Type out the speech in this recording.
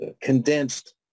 condensed